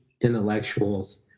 intellectuals